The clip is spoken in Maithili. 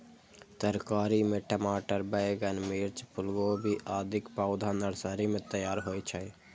तरकारी मे टमाटर, बैंगन, मिर्च, फूलगोभी, आदिक पौधा नर्सरी मे तैयार होइ छै